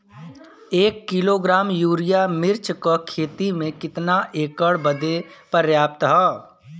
एक kilogram urea मिर्च क खेती में कितना एकड़ बदे पर्याप्त ह?